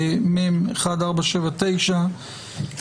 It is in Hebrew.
מ/1479,